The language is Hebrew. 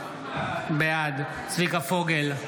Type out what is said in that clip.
בעד צביקה פוגל,